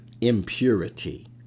impurity